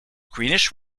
greenish